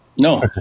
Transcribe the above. No